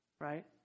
right